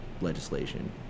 legislation